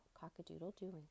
cock-a-doodle-doing